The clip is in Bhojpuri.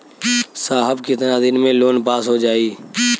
साहब कितना दिन में लोन पास हो जाई?